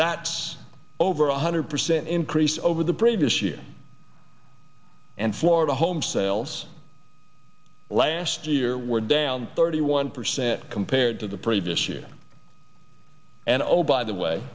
that's over one hundred percent increase over the previous year and florida home sales last year were down thirty one percent compared to the previous year and oh by the way